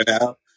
out